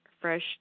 fresh